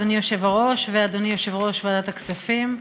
אדוני היושב-ראש ואדוני יושב-ראש ועדת הכספים.